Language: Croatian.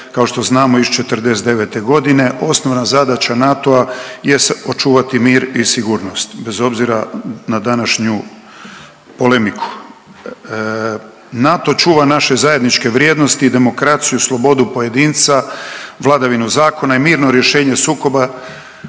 kao što znamo, iz '49. g. Osnovna zadaća NATO-a jest očuvati mir i sigurnost, bez obzira na današnju polemiku. NATO čuva naše zajedničke vrijednosti, demokraciju, slobodu pojedinca, vladavinu zakona i mirno rješenje sukoba